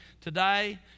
Today